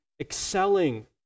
excelling